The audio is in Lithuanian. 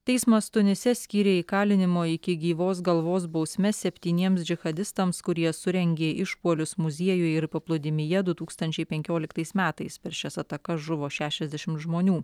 teismas tunise skyrė įkalinimo iki gyvos galvos bausmes septyniems džihadadistams kurie surengė išpuolius muziejuj ir paplūdimyje du tūkstančiai penkioliktais metais per šias atakas žuvo šešiasdešim žmonių